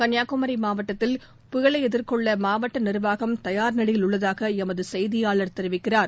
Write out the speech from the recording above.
கன்னியாகுமரி மாவட்டத்தில் புயலை எதிர்கொள்ள மாவட்ட நிர்வாகம் தயார் நிலையில் உள்ளதாக எமது செய்தியாளர் தெரிவிக்கிறார்